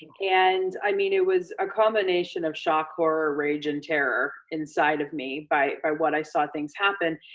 and i mean it was a combination of shock, horror, rage, and terror inside of me by what i saw things happen.